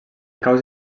caos